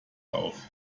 auf